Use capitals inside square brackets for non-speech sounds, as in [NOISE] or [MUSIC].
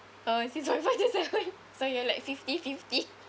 oh six point five to seven [LAUGHS] so you are like fifty-fifty [LAUGHS]